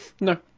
no